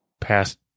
past